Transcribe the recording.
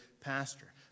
pastor